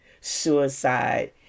suicide